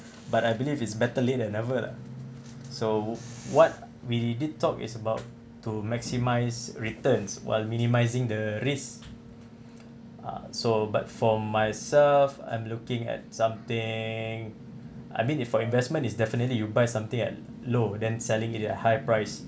but I believe it's better late than never lah so what we did talk is about to maximise returns while minimising the risk ah so but for myself I'm looking at something I mean if for investment is definitely you buy something at low then selling it at high price